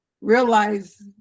realize